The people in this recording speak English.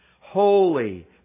holy